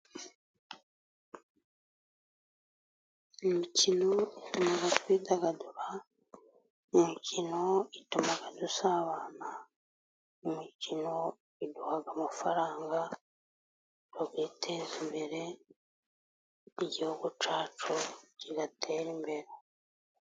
Imikino ituma twidagadura imikino ituma abantu dusabana, imikino iduha amafaranga, tukiteza imbere igihugu cyacu kigatera imbere.